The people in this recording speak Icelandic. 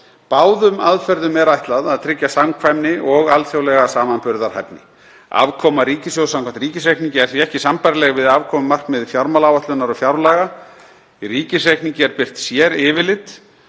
Báðum aðferðum er ætlað að tryggja samkvæmni og alþjóðlega samanburðarhæfni. Afkoma ríkissjóðs samkvæmt ríkisreikningi er því ekki sambærileg við afkomumarkmið fjármálaáætlunar og fjárlaga. Í ríkisreikningi er birt séryfirlit,